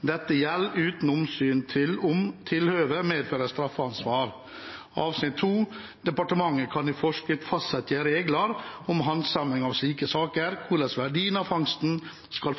Dette gjeld utan omsyn til om tilhøvet medfører straffansvar. Departementet kan i forskrift fastsetje reglar om handsaming av slike saker, korleis verdien av fangsten skal